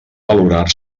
valorar